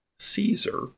Caesar